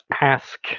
ask